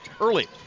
early